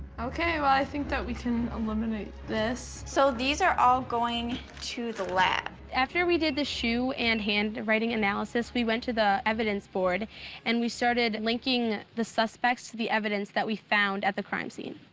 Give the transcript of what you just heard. okay, i think that we can eliminate this. so these are all going to the lab. after we did the shoe and handwriting analysis, we went to the evidence board and we starting linking the suspects to the evidence that we found at the crime scene.